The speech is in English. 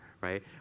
right